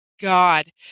God